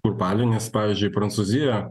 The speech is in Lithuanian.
kurpalį nes pavyzdžiui prancūzija